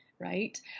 right